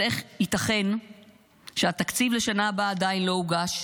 אז איך ייתכן שהתקציב לשנה הבאה עדיין לא הוגש?